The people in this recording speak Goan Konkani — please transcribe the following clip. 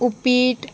उपीट